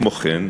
כמו כן,